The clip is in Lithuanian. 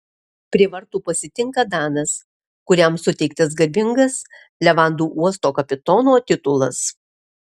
prie vartų pasitinka danas kuriam suteiktas garbingas levandų uosto kapitono titulas